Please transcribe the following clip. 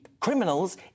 Criminals